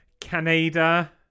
Canada